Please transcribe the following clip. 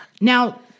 Now